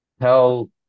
tell